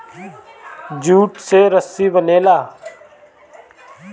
jute से रसरी बनेला